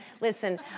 Listen